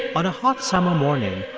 on a hot summer morning,